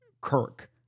Kirk